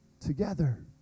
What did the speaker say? together